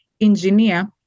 engineer